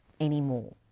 anymore